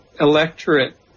electorate